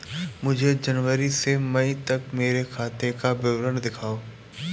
मुझे जनवरी से मई तक मेरे खाते का विवरण दिखाओ?